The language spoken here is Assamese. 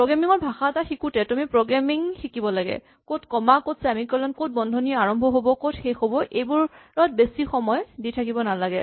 প্ৰগ্ৰেমিং ৰ ভাষা এটা শিকোতে তুমি প্ৰগ্ৰেমিং শিকিব লাগে ক'ত কমা ক'ত চেমিকলন ক'ত বন্ধনীৰ আৰম্ভ ক'ত শেষ এইবোৰত বেছি সময় দি থাকিব নালাগে